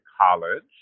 college